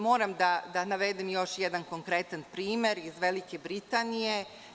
Moram da navedem još jedan konkretan primer iz Velike Britanije.